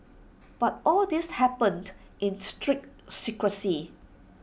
but all this happened in strict secrecy